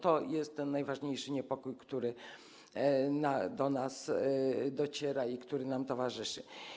To jest ten najważniejszy niepokój, którego sygnały do nas docierają i który nam towarzyszy.